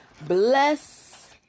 Bless